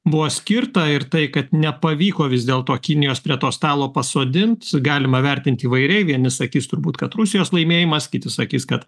buvo skirta ir tai kad nepavyko vis dėlto kinijos prie to stalo pasodint galima vertint įvairiai vieni sakys turbūt kad rusijos laimėjimas kiti sakys kad